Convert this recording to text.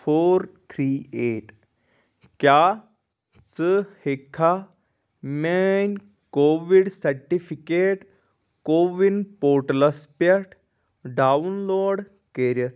four three eight کیٛاہ ژٕ ہیٚکہِ کھا میٛٲنۍ کوٚوِڈ سرٹِفکیٹ کوٚوِن پورٹلَس پٮ۪ٹھ ڈاوُن لوڈ کٔرِتھ